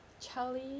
Charlie